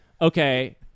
Okay